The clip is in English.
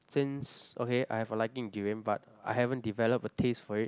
since okay I have a liking in durian but I haven't develop a taste for it